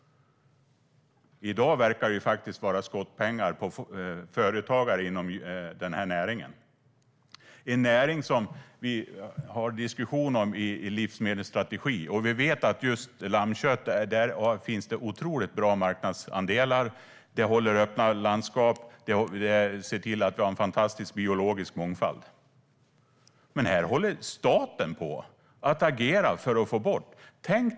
I dag verkar det vara skottpengar på företagare inom den här näringen - en näring som diskuteras i livsmedelsstrategin. Det finns otroligt bra marknadsandelar för lammkött. Fåren håller landskapen öppna och bidrar till att vi har en fantastisk biologisk mångfald. Men här håller staten på att agera för att få bort fårägare.